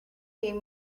gave